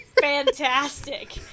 Fantastic